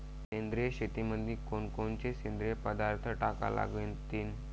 सेंद्रिय शेतीमंदी कोनकोनचे सेंद्रिय पदार्थ टाका लागतीन?